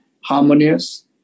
harmonious